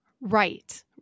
Right